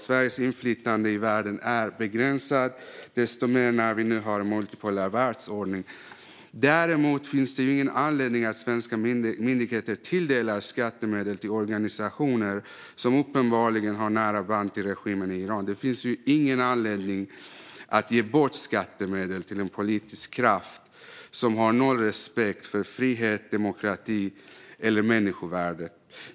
Sveriges inflytande i världen är begränsat, desto mer så när vi nu har en multipolär världsordning. Det finns dock ingen anledning för svenska myndigheter att tilldela organisationer som uppenbarligen har nära band till regimen i Iran skattemedel. Det finns ingen anledning att ge bort skattemedel till en politisk kraft som har noll respekt för frihet, demokrati och människovärde.